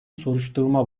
soruşturma